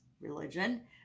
religion